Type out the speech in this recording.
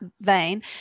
vein